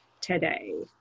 today